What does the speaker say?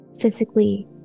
physically